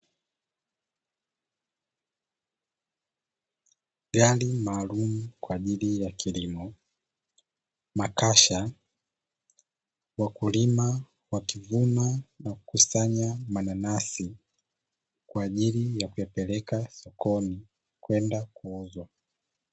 Gari maalumu kwa ajili ya kilimo, makasha, wakulima wakivuna na kukusanya mananasi kwa ajili ya kuyapeleka sokoni kwenda kuuzwa.